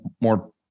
more